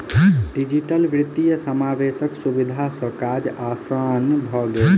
digital वित्तीय समावेशक सुविधा सॅ काज आसान भ गेल